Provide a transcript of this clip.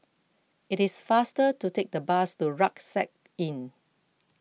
it is faster to take the bus to Rucksack Inn